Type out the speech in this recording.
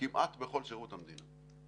כמעט בכל שירות המדינה.